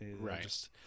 right